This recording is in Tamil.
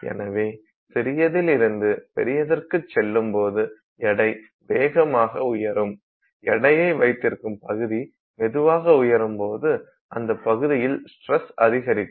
எனவே சிறியதிலிருந்து பெரியதற்கு செல்லும்போது எடை வேகமாக உயரும் எடையை வைத்திருக்கும் பகுதி மெதுவாக உயரும்போது அந்த பகுதியில் ஸ்டரஸ் அதிகரிக்கும்